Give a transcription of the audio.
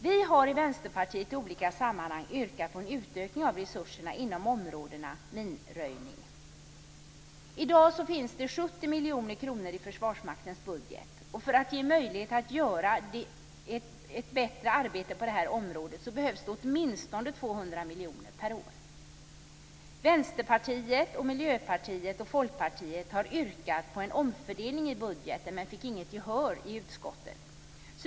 Vi i Vänsterpartiet har i olika sammanhang yrkat på en utökning av resurserna inom de områden som berör minröjning. I dag finns det 70 miljoner kronor i Försvarsmaktens budget. För att ge möjlighet att göra ett bättre arbete på det här området behövs det åtminstone 200 miljoner per år. Vänsterpartiet, Miljöpartiet och Folkpartiet har yrkat på en omfördelning i budgeten, men fick inget gehör för detta i utskottet.